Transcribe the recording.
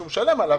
שהוא משלם עליו,